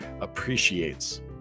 appreciates